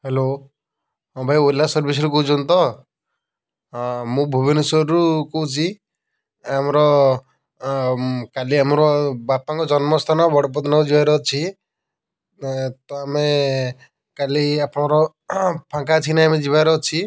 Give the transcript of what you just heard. hello ହଁ ଭାଇ ଓଲା ସର୍ଭିସ୍ରୁ କହୁଛନ୍ତି ତ ହଁ ମୁଁ ଭୁବନେଶ୍ୱରରୁ କହୁଛି ଆମର କାଲି ଆମର ବାପାଙ୍କ ଜନ୍ମସ୍ଥାନ ବଡ଼ପଦନା ଯିବାର ଅଛି ଏଁ ତ ଆମେ କାଲି ଆପଣଙ୍କର ଫାଙ୍କା ଅଛିନା ଆମେ ଯିବାର ଅଛି